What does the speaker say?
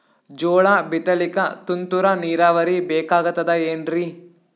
ಜೋಳ ಬಿತಲಿಕ ತುಂತುರ ನೀರಾವರಿ ಬೇಕಾಗತದ ಏನ್ರೀ?